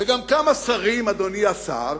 וגם כמה שרים, אדוני השר,